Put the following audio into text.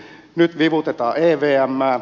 nyt vivutetaan leviämään